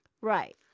Right